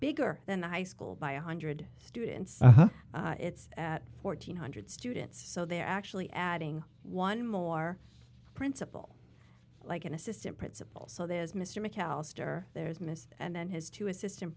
bigger than the high school by a hundred students it's fourteen hundred students so they're actually adding one more principal like an assistant principal so there's mr mcallister there's miss and then his two assistant